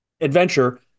adventure